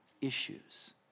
issues